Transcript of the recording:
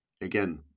again